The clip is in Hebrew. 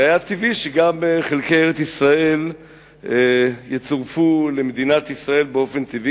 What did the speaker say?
והיה טבעי שגם חלקי ארץ-ישראל יצורפו למדינת ישראל באופן טבעי,